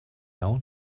own